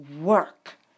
work